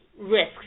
risks